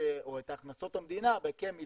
או את ההכנסות של המדינה,